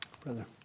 Brother